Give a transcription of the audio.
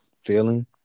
feeling